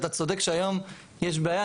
אתה צודק שהיום יש בעיה,